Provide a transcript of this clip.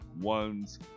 one's